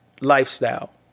lifestyle